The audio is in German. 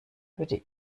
würde